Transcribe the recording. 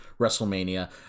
WrestleMania